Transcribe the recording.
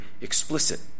explicit